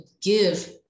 give